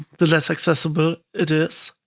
the less accessible it is.